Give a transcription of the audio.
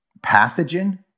pathogen